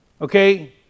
okay